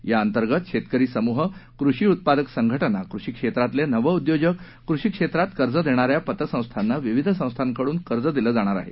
या अंतर्गत शेतकरी समूह कृषी उत्पादक संघटना कृषी क्षेत्रातले नवउद्योजक कृषी क्षेत्रात कर्ज देणाऱ्या पतसंस्थांना विविध संस्थांकडून कर्ज दिलं जाणार आहे